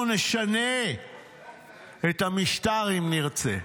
אנחנו נשנה את המשטר אם נרצה.